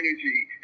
energy